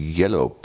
yellow